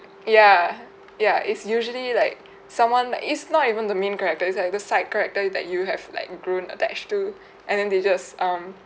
ya ya it's usually like someone it's not even the main character it's like the side character that you have like grown attached to and then they just um